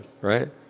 right